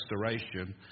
restoration